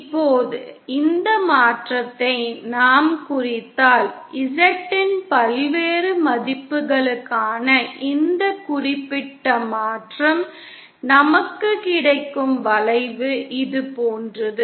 இப்போது இந்த மாற்றத்தை நாம் குறித்தால் Z இன் பல்வேறு மதிப்புகளுக்கான இந்த குறிப்பிட்ட மாற்றம் நமக்கு கிடைக்கும் வளைவு இது போன்றது